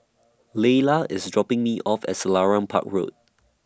Laylah IS dropping Me off At Selarang Park Road